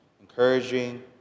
encouraging